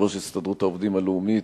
יושב-ראש הסתדרות העובדים הלאומית,